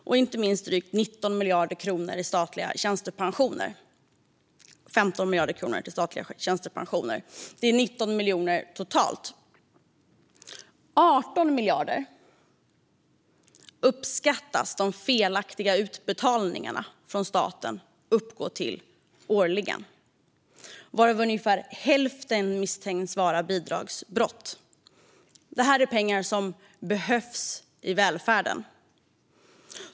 Det är inte minst drygt 15 miljarder kronor till statliga tjänstepensioner. Det är 19 miljarder totalt. 18 miljarder uppskattas de felaktiga utbetalningarna från staten uppgå till årligen, varav ungefär hälften misstänks handla om bidragsbrott. Det är pengar som behövs i välfärden.